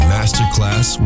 Masterclass